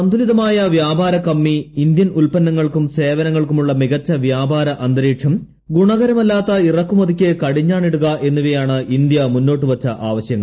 സന്തുലിതമായ വ്യാപാരക്കമ്മി ഇന്ത്യൻ ഉൽപ്പന്നങ്ങൾക്കും സേവനങ്ങൾക്കുമുള്ള മികച്ച വ്യാപ്പാര അന്തരീക്ഷം ഗുണകരമല്ലാത്ത ഇറക്കുമതിയ്ക്ക് കടിഞ്ഞാണിട്ടുക്ക് എന്നിവയാണ് ഇന്ത്യ മുന്നോട്ടു വച്ച ആവശ്യങ്ങൾ